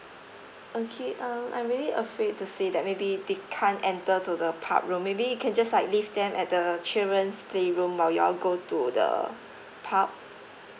okay um I really afraid to say that maybe they can't enter to the pub room maybe you can just like leave them at the children's playroom while you go to the pub